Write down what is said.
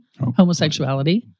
homosexuality